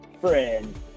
friends